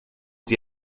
sie